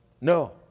No